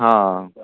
ਹਾਂ